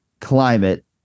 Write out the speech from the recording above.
climate